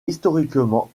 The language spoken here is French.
historiquement